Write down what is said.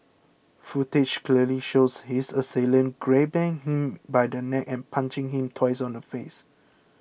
footage clearly shows his assailant grabbing him by the neck and punching him twice on the face